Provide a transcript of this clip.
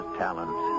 talent